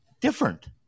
different